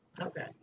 Okay